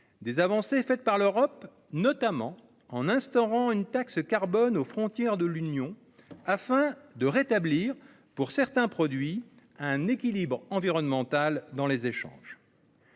des avancées faites par l'Europe, notamment l'instauration d'une taxe carbone aux frontières de l'Union afin de rétablir, pour certains produits, un équilibre environnemental dans les échanges.